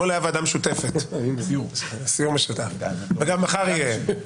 אתמול הייתה ועידה משותפת, וגם מחר תהיה.